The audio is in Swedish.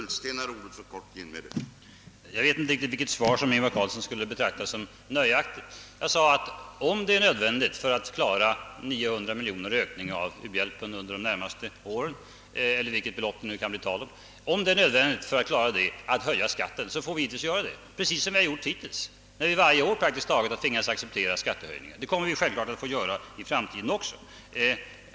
Herr talman! Jag vet inte vilket svar som herr Ingvar Carlsson skulle betrakta som nöjaktigt. Jag sade att om det är nödvändigt att höja skatten för att klara de 900 miljonerna eller vilket belopp det nu kan bli tal om i ökning av u-hjälpen för de närmaste åren, får vi givetvis genomföra denna höjning precis som vi har gjort hittills. Vi har praktiskt taget varje år tvingats att acceptera skattehöjningar. Självklart kommer vi att få göra detta även i framtiden.